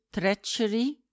treachery